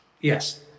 Yes